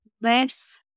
less